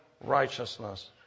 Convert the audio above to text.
righteousness